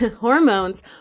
hormones